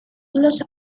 los